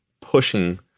pushing